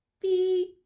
beep